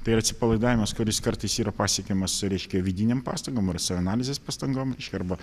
tai yra atsipalaidavimas kuris kartais yra pasiekiamas reiškia vidinėm pastangom arba savianalizės pastangom reiškia arba